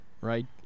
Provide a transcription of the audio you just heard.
right